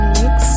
Mix